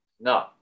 No